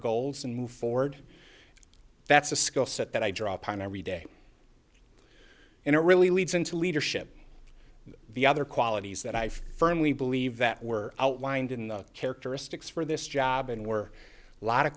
goals and move forward that's a skill set that i draw upon every day and it really leads into leadership the other qualities that i firmly believe that we're outlined in the characteristics for this job and were a lot of